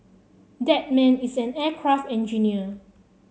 that man is an aircraft engineer